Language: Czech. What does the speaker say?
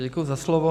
Děkuji za slovo.